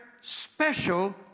special